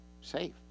safe